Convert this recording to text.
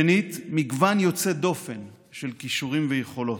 שנית, מגוון יוצא דופן של כישורים ויכולות.